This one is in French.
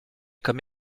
comme